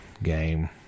Game